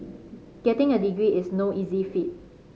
getting a degree is no easy feat